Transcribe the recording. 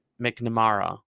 McNamara